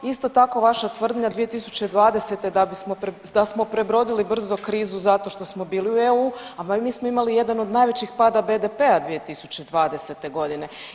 Isto tako vaša tvrdnja 2020. da bismo, da smo prebrodili brzo krizu zato što smo bili u EU, a mi smo imali jedan od najvećih pada BDP-a 2020. godine.